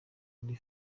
muri